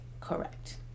correct